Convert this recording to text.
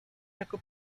jako